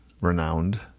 renowned